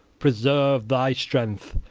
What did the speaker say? preserve thy strength,